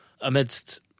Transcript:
amidst